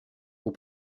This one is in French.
aux